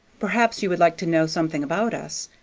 perhaps you would like to know something about us,